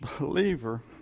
believer